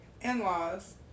in-laws